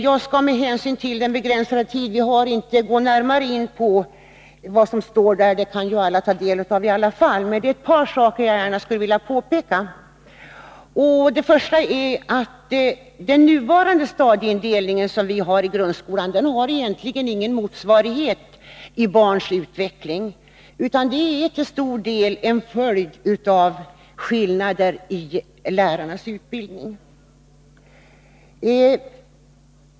Jag skall, med hänsyn till den begränsade tid som vi har till vårt förfogande, inte gå närmare in på vad som står i motionen — det kan ju alla ta del av. Det är dock ett par saker som jag gärna skulle vilja påpeka. Det första är att den nuvarande stadieindelningen i grundskolan egentligen inte har någon motsvarighet i barns utveckling, utan den är till stor del en följd av skillnaderna i lärarnas utbildning.